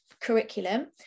curriculum